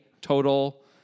total